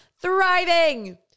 thriving